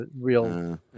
real